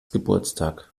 geburtstag